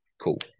Cool